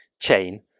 chain